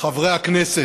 חברי הכנסת,